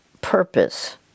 purpose